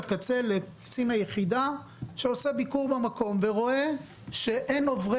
לקצין היחידה שעושה ביקור במקום ורואה שאין עוברי